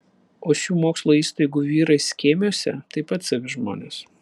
o šių mokslo įstaigų vyrai skėmiuose taip pat savi žmonės